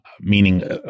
meaning